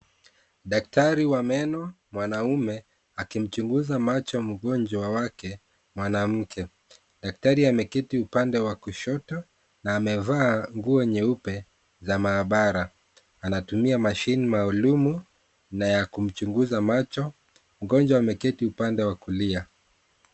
Daktari wa meno, mwanaume, akimchunguza macho mgonjwa wake, mwanamke. Daktari ameketi upande wa kushoto, na amevaa nguo nyeupe, za maabara. Anatumia machine maalum, na ya kumchunguza macho. Mgonjwa ameketi upande wa kulia.